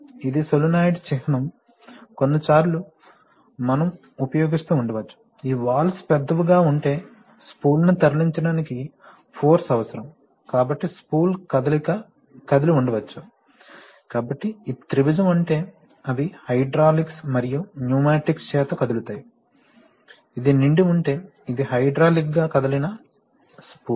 ఇది సోలేనోయిడ్ చిహ్నం కొన్నిసార్లు మనం ఉపయోగిస్తూ ఉండవచ్చు ఈ వాల్వ్స్ పెద్దవిగా ఉంటే స్పూల్ను తరలించడానికి ఫోర్స్ అవసరం కాబట్టి స్పూల్ కదిలి ఉండవచ్చు కాబట్టి ఈ త్రిభుజం అంటే అవి హైడ్రాలిక్స్ మరియు న్యూమాటిక్స్ చేత కదులుతాయి ఇది నిండి ఉంటే ఇది హైడ్రాలిక్గా కదిలిన స్పూల్